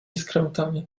skrętami